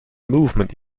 movement